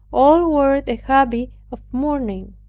all wore the habit of mourning.